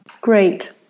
great